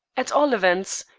at all events,